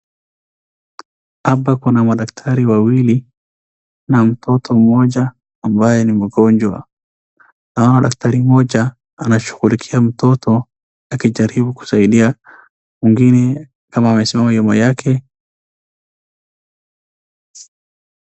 Hapa kuna madaktari wawili na mtoto mmoja ambaye ni mgonjwa. Naona daktari mmoja anashughulikia mtoto akijaribu kusaidia. Mwingine kama amesimama nyuma yake.